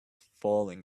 falling